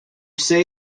say